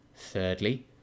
Thirdly